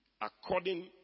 according